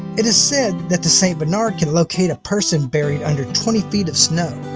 it is said that the st. bernard can locate a person buried under twenty feet of snow.